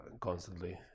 constantly